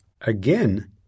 Again